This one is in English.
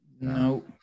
No